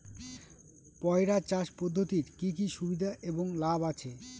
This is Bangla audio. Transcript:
পয়রা চাষ পদ্ধতির কি কি সুবিধা এবং লাভ আছে?